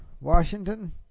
Washington